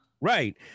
Right